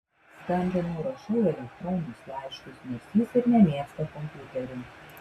skambinu rašau elektroninius laiškus nors jis ir nemėgsta kompiuterių